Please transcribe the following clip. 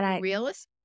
Realist